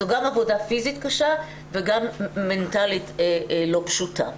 זו גם עבודה פיזית קשה וגם מנטלית לא פשוטה.